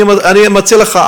אני מציע לך,